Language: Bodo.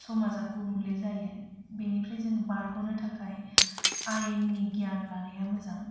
समाजा गुबुंले जायो बिनिफ्राय जों बारग'नो थाखाय आयेननि गियान लानाया मोजां